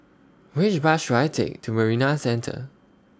Which Bus should I Take to Marina Centre